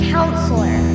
Counselor